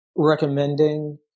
Recommending